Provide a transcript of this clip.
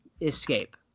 escape